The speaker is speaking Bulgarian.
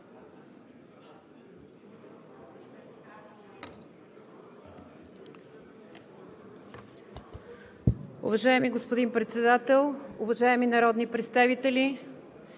Уважаеми господин Председател, уважаеми народни представители!